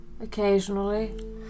Occasionally